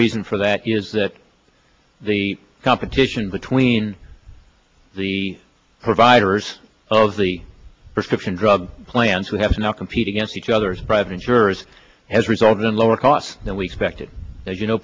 reason for that is that the competition between the providers of the prescription drug plans we have now competing against each other's private insurers has resulted in lower costs than we expected as you know